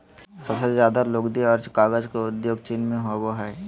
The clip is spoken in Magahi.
सबसे ज्यादे लुगदी आर कागज के उद्योग चीन मे होवो हय